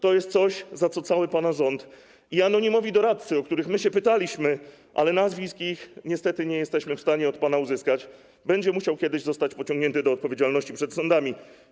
To jest coś, za co cały pana rząd i anonimowi doradcy, o których my się pytaliśmy, ale ich nazwisk niestety nie jesteśmy w stanie od pana uzyskać, będą musieli kiedyś zostać pociągnięci do odpowiedzialności przed sądami.